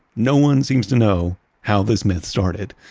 no one seems to know how this myth started,